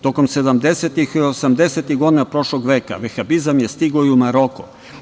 Tokom 70. i 80. godina prošlog veka vehabizam je stigao i u Maroko.